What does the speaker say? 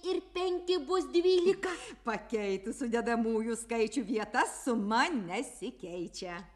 pakeitus sudedamųjų skaičių vieta suma nesikeičia